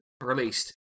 released